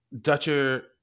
dutcher